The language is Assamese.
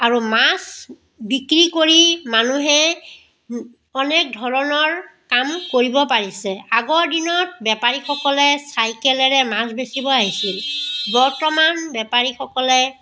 আৰু মাছ বিক্ৰী কৰি মানুহে অনেক ধৰণৰ কাম কৰিব পাৰিছে আগৰ দিনত বেপাৰী সকলে চাইকেলেৰে মাছ বেছিব আহিছিল বৰ্তমান বেপাৰীসকলে